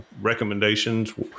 recommendations